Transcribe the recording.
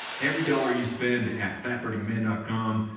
every dollar you spend at fatburningman and com,